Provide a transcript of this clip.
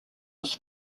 was